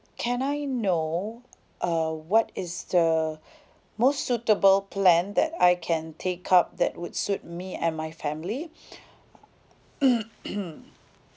can I know uh what is the most suitable plan that I can take up that would suit me and my family